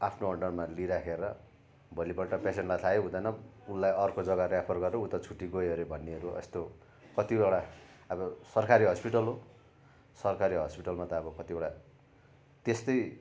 आफ्नो अन्डरमा लिइराखेर भोलिपल्ट पेसेन्टलाई थाहै हुँदैन उसलाई अर्को जग्गा रेफर गरेर ऊ त छुट्टी गयो अरे भन्नेहरू यस्तो कतिवटा अब सरकारी हस्पिटल हो सरकारी हस्पिटलमा त अब कतिडवटा त्यस्तै